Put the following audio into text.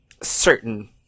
certain